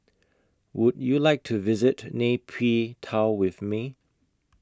Would YOU like to visit Nay Pyi Taw with Me